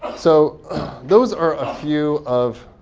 so those are a few of